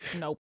Nope